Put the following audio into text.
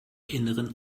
inneren